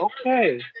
okay